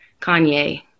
Kanye